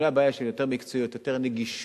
הבעיה היא של יותר מקצועיות, יותר נגישות,